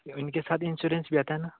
इनके साथ इंसयोरेंस भी आता है ना